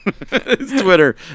Twitter